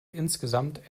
insgesamt